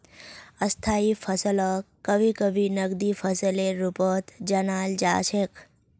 स्थायी फसलक कभी कभी नकदी फसलेर रूपत जानाल जा छेक